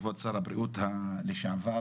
כבוד שר הבריאות לשעבר,